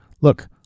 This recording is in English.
look